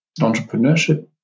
entrepreneurship